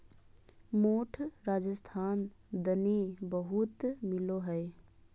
मोठ राजस्थान दने बहुत मिलो हय